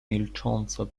milcząco